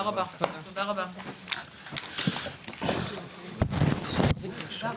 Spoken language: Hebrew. הישיבה ננעלה בשעה 13:24.